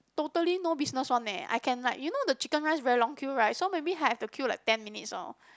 totally no business one eh I can like you know the chicken rice very long queue right so maybe I have to queue like ten minutes know